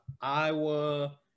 Iowa